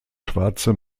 schwarze